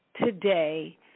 today